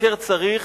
מבקר צריך,